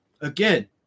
again